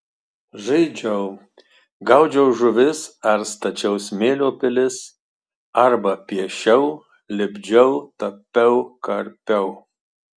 žaidžiau gaudžiau žuvis ar stačiau smėlio pilis arba piešiau lipdžiau tapiau karpiau